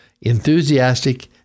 enthusiastic